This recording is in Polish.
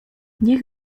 niech